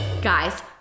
guys